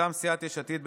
מטעם סיעת יש עתיד,